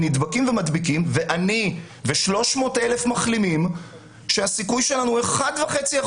הם נדבקים ומדביקים ואני ו-300 אלף מחלימים שהסיכוי שלנו הוא אחוז וחצי,